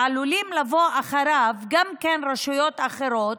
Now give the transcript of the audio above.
ואחריו עלולים גם רשויות אחרות